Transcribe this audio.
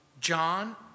John